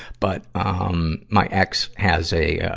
but, um, my ex has a, ah,